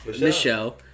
Michelle